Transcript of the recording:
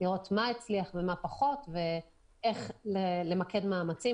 לראות מה הצליח ומה פחות ואיך למקד מאמצים,